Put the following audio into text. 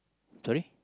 sorry